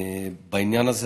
בעניין הזה.